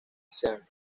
sean